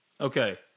Okay